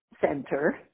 center